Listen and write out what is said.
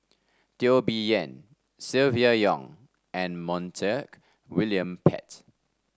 Teo Bee Yen Silvia Yong and Montague William Pett